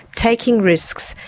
taking risks,